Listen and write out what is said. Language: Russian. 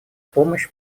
помощь